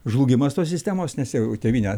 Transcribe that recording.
žlugimas tos sistemos nes jau tėvynė